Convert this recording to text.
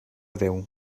deu